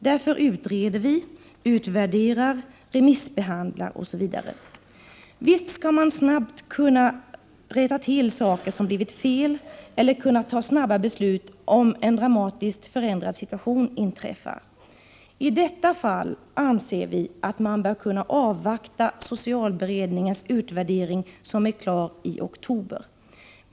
Därför utreder vi, utvärderar, remissbehandlar osv. Visst skall man snabbt kunna rätta till saker som blivit fel eller ta snabba beslut om en dramatiskt förändrad situation inträffar. I detta fall anser vi att man bör kunna avvakta socialberedningens utvärdering, som är klar i oktober.